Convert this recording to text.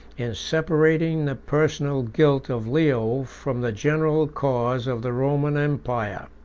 in separating the personal guilt of leo from the general cause of the roman empire.